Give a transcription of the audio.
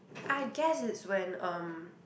I guess it's when um